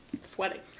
sweating